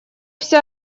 вся